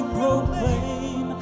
proclaim